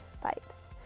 pipes